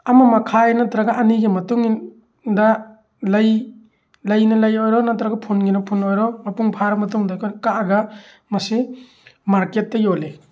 ꯑꯃ ꯃꯈꯥꯏ ꯅꯠꯇ꯭ꯔꯒ ꯑꯅꯤꯒꯤ ꯃꯇꯨꯡꯏꯟ ꯗ ꯂꯩ ꯂꯩꯅ ꯂꯩ ꯑꯣꯏꯔꯣ ꯅꯠꯇ꯭ꯔꯒ ꯐꯨꯟꯒꯤꯅ ꯐꯨꯟ ꯑꯣꯏꯔꯣ ꯃꯄꯨꯡ ꯐꯥꯔꯕ ꯃꯇꯨꯡꯗ ꯑꯩꯈꯣꯏ ꯀꯛꯑꯒ ꯃꯁꯤ ꯃꯥꯔꯀꯦꯠꯇ ꯌꯣꯜꯂꯤ